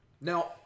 Now